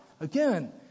Again